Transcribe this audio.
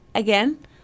Again